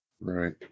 Right